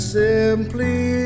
simply